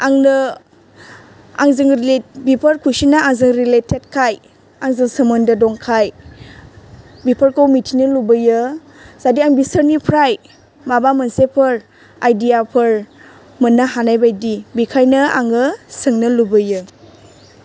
आंनो बेफोर कुइस'नआ आंजों रिलेटेडखाय आंजों सोमोन्दो दंखाय बेफोरखौ मिथिनो लुबैयो जाहाथे आं बिसोरनिफ्राय माबा मोनसेफोर आयडियाफोर मोननो हानाय बायदि बेनिखायनो आङो सोंनो लुबैयो